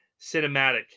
cinematic